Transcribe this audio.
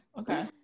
okay